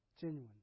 genuine